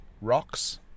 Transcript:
Rocks